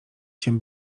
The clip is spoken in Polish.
się